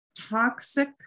toxic